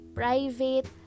private